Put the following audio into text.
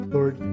Lord